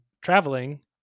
traveling